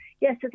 yes